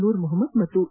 ನೂರ್ ಮೊಹಮ್ಮದ್ ಮತ್ತು ಎ